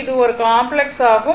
இது ஒரு காம்ப்ளக்ஸ் ஆகும்